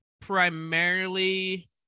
primarily